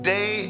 Day